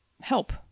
help